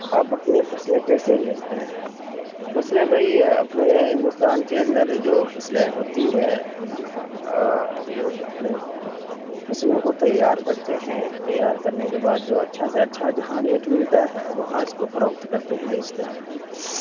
آپ اپنی فصلیں کیسے بیچتے ہیں فصلیں بھائی یہ اپنے ہندوستان کے اندر جو فصلیں ہوتی ہے لوگ اپنے فصلوں کو تیار کرتے ہیں تیار کرنے کے بعد جو اچھا سے اچھا جہاں ریٹ ملتا ہے وہاں اس کو فروخت کرتے ہیں بیچتے ہیں